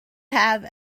have